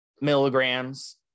milligrams